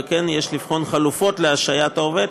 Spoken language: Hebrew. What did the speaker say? וכן יש לבחון חלופות להשעיית העובד,